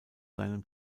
seinem